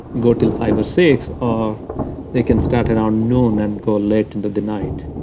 go till five or six. or they can start around noon and go late into the night.